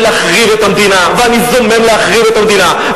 להחריב את המדינה ואני זומם להחריב את המדינה,